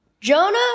Jonah